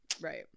Right